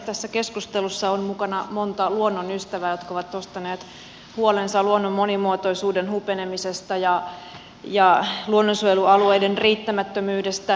tässä keskustelussa on mukana monta luonnonystävää jotka ovat nostaneet esiin huolensa luonnon monimuotoisuuden hupenemisesta ja luonnonsuojelualueiden riittämättömyydestä